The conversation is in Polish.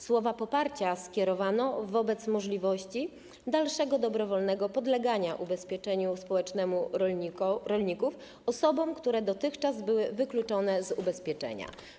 Słowa poparcia skierowano wobec możliwości dalszego dobrowolnego podlegania ubezpieczeniu społecznemu rolników osób, które dotychczas były wykluczone z ubezpieczenia.